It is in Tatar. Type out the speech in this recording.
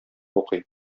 укый